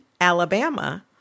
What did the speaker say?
Alabama